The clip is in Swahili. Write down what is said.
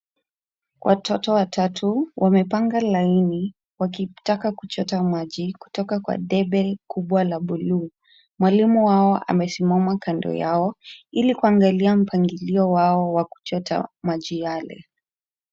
Watoto watatu wamepanga laini wakitaka kuchota maji kutoka kwa debe kubwa la blue .Mwalimu wao amesimama kando yao, ili kuangalia mpangilio wao wa kuchota maji yale.